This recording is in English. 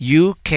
UK